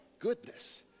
Goodness